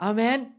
Amen